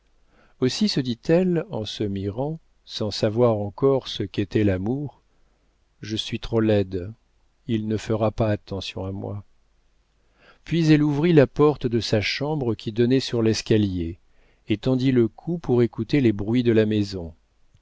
aussi se dit-elle en se mirant sans savoir encore ce qu'était l'amour je suis trop laide il ne fera pas attention à moi puis elle ouvrit la porte de sa chambre qui donnait sur l'escalier et tendit le cou pour écouter les bruits de la maison